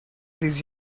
those